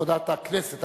עבודת הכנסת,